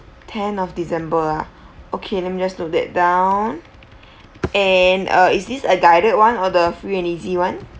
tenth of december ah okay let me just note that down and uh is this a guided [one] or the free and easy [one]